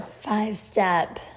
five-step